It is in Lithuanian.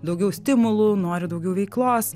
daugiau stimulų nori daugiau veiklos